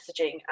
messaging